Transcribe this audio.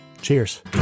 Cheers